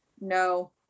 no